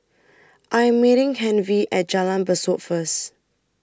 I Am meeting Hervey At Jalan Besut First